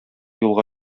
юлга